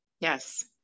Yes